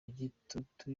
igitutu